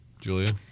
Julia